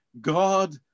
God